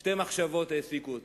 שתי מחשבות העסיקו אותי.